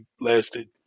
lasted